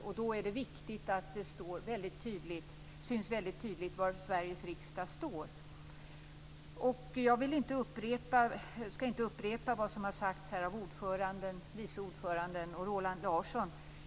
Och då är det viktigt att det syns väldigt tydligt var Sveriges riksdag står. Jag skall inte upprepa vad som har sagts här av ordföranden, vice ordföranden och Roland Larsson.